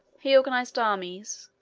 he organized armies,